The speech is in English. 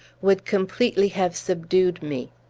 would completely have subdued me.